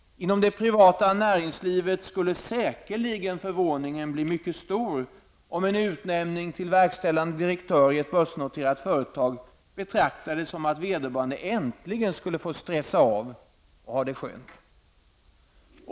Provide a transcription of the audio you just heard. Inom det privata näringslivet skulle säkerligen förvåningen bli mycket stor om en utnämning till verkställande direktör i ett börsnoterat företag betraktades som att vederbörande äntligen skulle få stressa av och ha det skönt.